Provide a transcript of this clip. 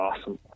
awesome